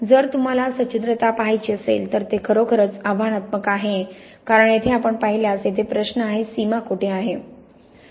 जर तुम्हाला सच्छिद्रता पहायची असेल तर ते खरोखरच आव्हानात्मक आहे कारण येथे आपण पाहिल्यास येथे प्रश्न आहे सीमा कोठे आहे